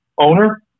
owner